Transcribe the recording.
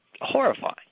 horrifying